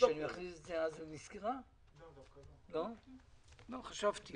שהתבקשה פה כפי שאמרת,